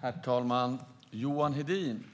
Herr talman! Johan Hedin